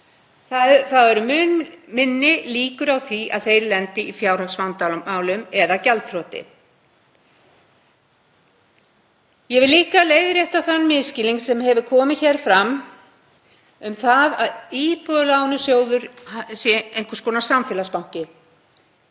eru mun minni líkur á því að þeir lendi í fjárhagsvandamálum eða gjaldþroti. Ég vil líka leiðrétta þann misskilning sem komið hefur hér fram um það að Íbúðalánasjóður sé einhvers konar samfélagsbanki.